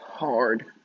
Hard